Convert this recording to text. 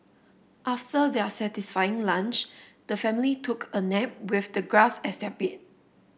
after their satisfying lunch the family took a nap with the grass as their bed